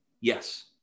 yes